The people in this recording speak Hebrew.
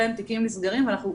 ואנחנו,